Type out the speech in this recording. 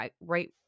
right